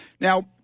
Now